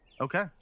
Okay